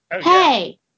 hey